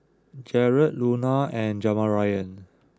Jarad Luna and Jamarion